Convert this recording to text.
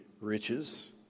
riches